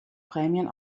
prämien